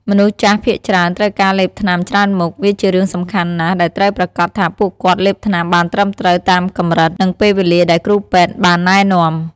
មនុស្សចាស់ភាគច្រើនត្រូវការលេបថ្នាំច្រើនមុខ វាជារឿងសំខាន់ណាស់ដែលត្រូវប្រាកដថាពួកគាត់លេបថ្នាំបានត្រឹមត្រូវតាមកម្រិត និងពេលវេលាដែលគ្រូពេទ្យបានណែនាំ។